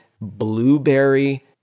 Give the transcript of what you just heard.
blueberry